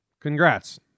Congrats